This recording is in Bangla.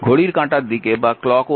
ঘড়ির কাঁটার দিকে যান